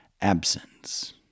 absence